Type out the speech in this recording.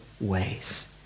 ways